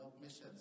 missions